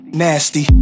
nasty